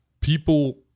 people